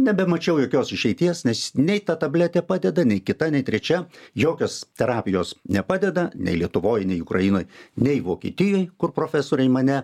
nebemačiau jokios išeities nes nei ta tabletė padeda nei kita nei trečia jokios terapijos nepadeda nei lietuvoj nei ukrainoj nei vokietijoj kur profesoriai mane